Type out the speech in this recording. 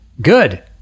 Good